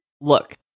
look